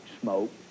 smoke